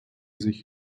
sich